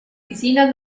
piscinas